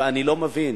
אני לא מבין.